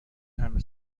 همه